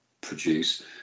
produce